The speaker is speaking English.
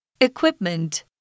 equipment